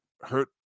hurt